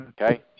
okay